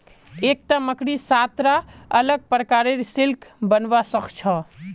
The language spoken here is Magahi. एकता मकड़ी सात रा अलग प्रकारेर सिल्क बनव्वा स ख छ